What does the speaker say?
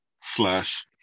slash